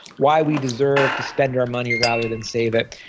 why we deserve to spend our money rather than save it.